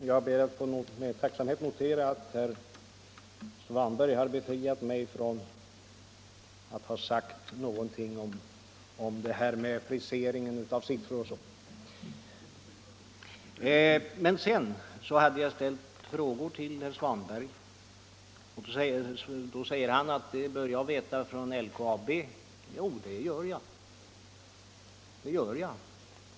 Herr talman! Jag ber att med tacksamhet få notera att herr Svanberg har befriat mig från att ha sagt någonting om frisering av siffror och sådant. Jag ställde en del frågor till herr Svanberg, och han svarade då att jag bör veta detta från LKAB. Ja, det gör jag!